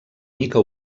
mica